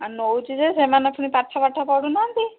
ଆ ନଉଛି ଯେ ସେମାନେ ପୁଣି ପାଠ ଫାଠ ପଢ଼ୁନାହାନ୍ତି